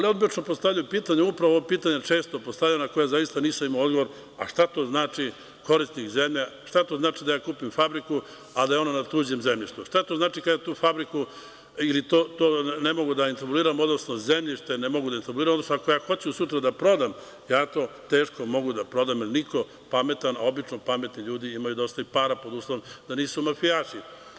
Obično postavljaju pitanja, upravo često postavljena pitanja na koja zaista nisam imao odgovor šta to znači korisnik zemlje, šta to znači da ja kupim fabriku a da je ona na tuđem zemljištu, šta to znači kada ja tu fabriku ili to ne mogu da intervuiram, odnosno zemljište ne mogu da intervuiram, odnosno ako ja hoću sutra da prodam, ja to teško mogu da prodam jer niko pametan a obično pametni ljudi imaju dosta para, pod uslovom da nisu mafijaši.